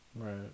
Right